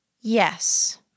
Yes